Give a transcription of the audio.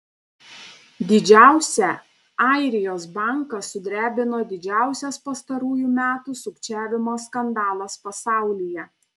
didžiausią airijos banką sudrebino didžiausias pastarųjų metų sukčiavimo skandalas pasaulyje